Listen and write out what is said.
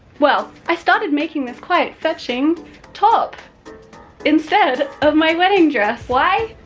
well, i started making this quite fetching top instead of my wedding dress. why?